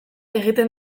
egiten